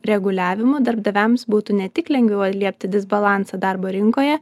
reguliavimų darbdaviams būtų ne tik lengviau atliepti disbalansą darbo rinkoje